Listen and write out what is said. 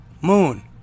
Moon